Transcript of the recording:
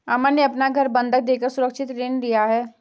अमन ने अपना घर बंधक देकर सुरक्षित ऋण लिया